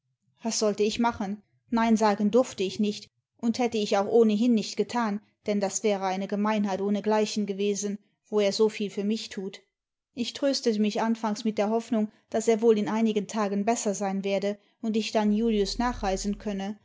was sollte ich machen nein sagen durfte ich nicht und hätte ich auch ohnehin nicht getan denn das wäre eine gemeinheit ohhegleichen gewesen wo er so viel für mich tut ich tröstete mich anfangs mit der hoffnung daß er wohl in einigen tagen besser sein werde und ich dann julius nachreisen könne